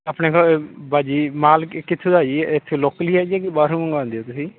ਆਪਣੇ ਕੋਲੋਂ ਭਾਅ ਜੀ ਮਾਲ ਕ ਕਿੱਥੋਂ ਦਾ ਜੀ ਇੱਥੇ ਲੋਕਲ ਹੀ ਹੈ ਜੀ ਕਿ ਬਾਹਰੋਂ ਮੰਗਵਾਉਂਦੇ ਹੋ ਤੁਸੀਂ